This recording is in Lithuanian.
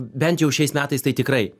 bent jau šiais metais tai tikrai